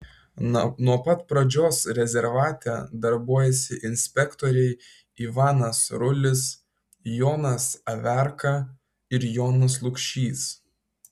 nuo pat pradžios rezervate darbuojasi inspektoriai ivanas rulis jonas averka ir jonas lukšys